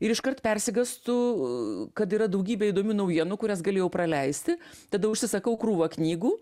ir iškart persigąstu kad yra daugybė įdomių naujienų kurias galėjau praleisti tada užsisakau krūvą knygų